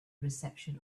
reception